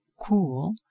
cool